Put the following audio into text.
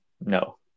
No